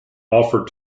offered